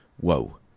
whoa